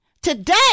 today